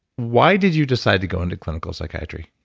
why did you decide to go into clinical psychiatry?